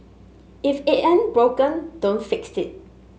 if it ain't broken don't fix it